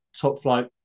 top-flight